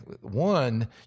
one